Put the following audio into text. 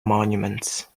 monuments